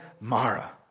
Mara